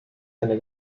seiner